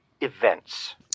events